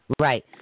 Right